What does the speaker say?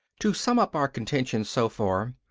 to sum up our contention so far,